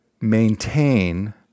maintain